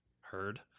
heard